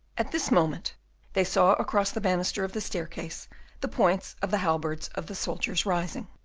at this moment they saw across the banister of the staircase the points of the halberds of the soldiers rising.